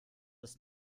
ist